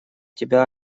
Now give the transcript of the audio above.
тебя